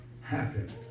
happen